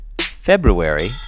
February